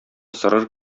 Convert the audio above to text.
сорыр